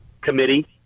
committee